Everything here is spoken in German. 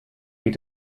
geht